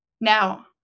Now